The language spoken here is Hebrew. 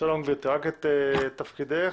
רק את תפקידך?